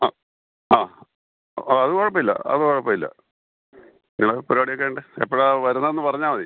ആ ആ ആ അത് കുഴപ്പം ഇല്ല അത് കുഴപ്പം ഇല്ല നിങ്ങളുടെ പരിപാടിയൊക്കെ കഴിഞ്ഞിട്ട് എപ്പോഴാണ് വരുന്നതെന്ന് പറഞ്ഞാൽ മതി